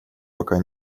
пока